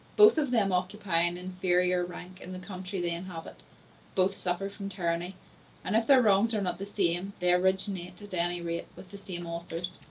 both of them occupy an inferior rank in the country they inhabit both suffer from tyranny and if their wrongs are not the same, they originate, at any rate, with the same authors.